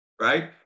right